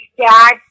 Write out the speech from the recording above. dad